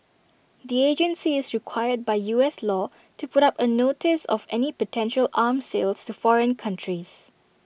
the agency is required by U S law to put up A notice of any potential arm sales to foreign countries